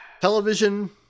Television